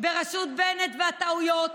בראשות בנט והטעויות,